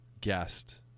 guest